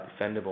defendable